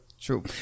True